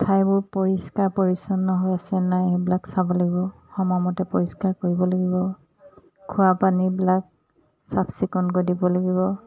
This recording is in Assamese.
ঠাইবোৰ পৰিষ্কাৰ পৰিচ্ছন্ন হৈ আছে নাই সেইবিলাক চাব লাগিব সমামতে পৰিষ্কাৰ কৰিব লাগিব খোৱা পানীবিলাক চাফ চিকুণকৈ দিব লাগিব